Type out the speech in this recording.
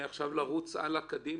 לרוץ הלאה, קדימה,